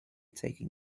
taking